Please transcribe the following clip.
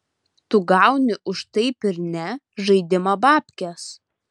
tu gauni už taip ir ne žaidimą bapkes